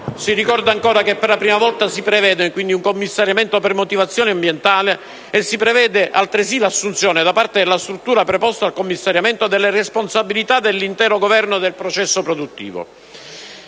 si ricorda ancora che, per la prima volta, si prevede il commissariamento per motivazioni ambientali e si prevede altresì l'assunzione, da parte della struttura preposta al commissariamento, della responsabilità dell'intero governo del processo produttivo.